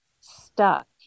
stuck